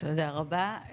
תודה רבה,